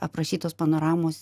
aprašytos panoramos